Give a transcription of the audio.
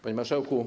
Panie Marszałku!